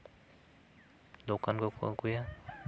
ᱫᱚᱠᱟᱱ ᱠᱚᱠᱚ ᱟᱹᱜᱩᱭᱟ